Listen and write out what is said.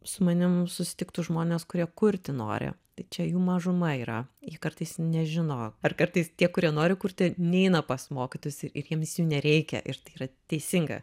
su manim susitiktų žmonės kurie kurti nori tai čia jų mažuma yra jie kartais nežino ar kartais tie kurie nori kurti neina pas mokytojus ir jiems jų nereikia ir tai yra teisinga